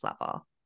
level